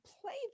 play